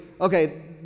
okay